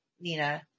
Nina